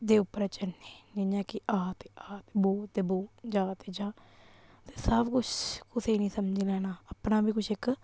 दे उप्परै चलने जियां कि आ ते आ बौह् ते बौह् जा ते जा ते सब कुछ कुसै नि समझी लैना अपना बी कुछ इक